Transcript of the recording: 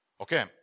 Okay